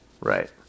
Right